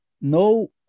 No